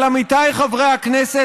אבל עמיתיי חברי הכנסת,